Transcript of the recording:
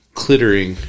clittering